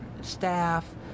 staff